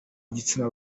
igitsina